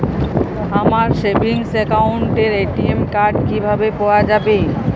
আমার সেভিংস অ্যাকাউন্টের ATM card কিভাবে পাওয়া যাবে?